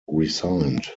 resigned